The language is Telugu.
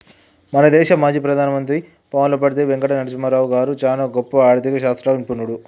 మన దేశ మాజీ ప్రధాని పాములపర్తి వెంకట నరసింహారావు గారు చానా గొప్ప ఆర్ధిక శాస్త్ర నిపుణుడు